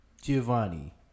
Giovanni